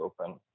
open